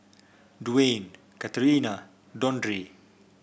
Dwyane Katharina Dondre